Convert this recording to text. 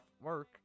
work